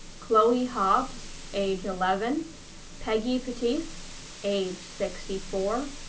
chloe hobbs age eleven peggy pettis age sixty four,